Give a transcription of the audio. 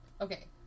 okay